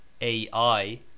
Ai